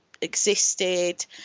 existed